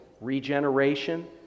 regeneration